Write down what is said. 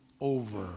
over